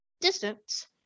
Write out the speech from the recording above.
distance